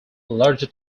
larger